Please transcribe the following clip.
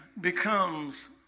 becomes